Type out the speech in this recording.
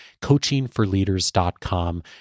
Coachingforleaders.com